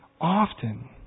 often